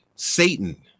satan